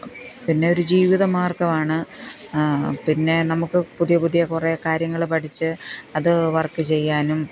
പിന്നെ ഒരു ജീവിതമാര്ഗമാണ് പിന്നെ നമുക്ക് പുതിയ പുതിയ കുറേ കാര്യങ്ങൾ പഠിച്ച് അത് വര്ക്ക് ചെയ്യാനും